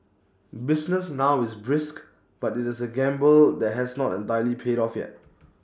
business now is brisk but IT is A gamble that has not entirely paid off yet